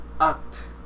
act